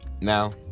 now